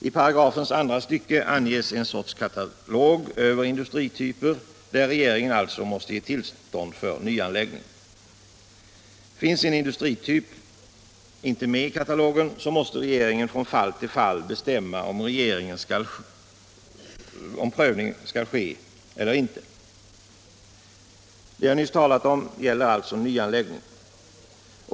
I paragrafens andra stycke anges en sorts katalog över industrityper där regeringen alltid måste ge tillstånd för nyanläggning. Finns en industrityp inte med Nr 44 i den katalogen, så måste regeringen från fall till fall bestämma om prövning skall ske eller inte. Det jag nyss talat om gäller alltså nyanläggning.